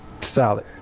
Solid